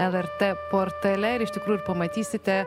lrt portale ir iš tikrųjų ir pamatysite